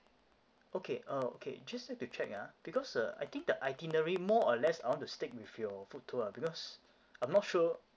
okay uh okay just like to check ah because uh I think the itinerary more or less I want to stick with your food tour because I'm not sure